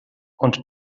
und